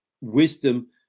wisdom